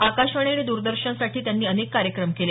आकाशवाणी आणि द्रर्दर्शनसाठी त्यांनी अनेक कार्यक्रम केले